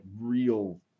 real